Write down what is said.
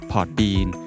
Podbean